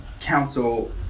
council